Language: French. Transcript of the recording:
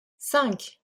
cinq